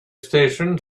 station